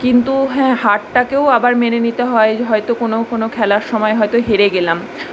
কিন্তু হ্যাঁ হারটাকেও আবার মেনে নিতে হয় হয়তো কোনো কোনো খেলার সময় হয়তো হেরে গেলাম